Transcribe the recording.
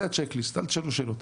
זה הצ'ק ליסט, אל תשאלו שאלות.